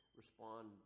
respond